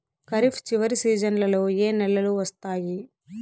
ఖరీఫ్ చివరి సీజన్లలో ఏ నెలలు వస్తాయి?